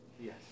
Yes